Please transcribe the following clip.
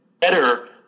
better